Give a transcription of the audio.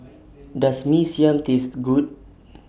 Does Mee Siam Taste Good